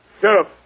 Sheriff